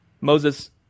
Moses